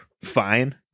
fine